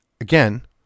again